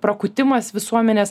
prakutimas visuomenės